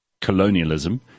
colonialism